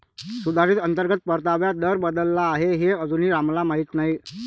सुधारित अंतर्गत परताव्याचा दर बदलला आहे हे अजूनही रामला माहीत नाही